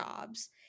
jobs